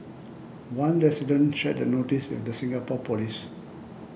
one resident shared the notice with the Singapore police